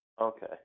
okay